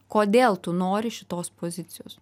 kodėl tu nori šitos pozicijos